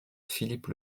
philippe